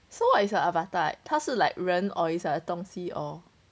so what is a avatar 他是 like 人 or a 东西 or